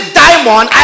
diamond